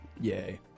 Yay